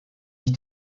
ich